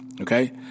Okay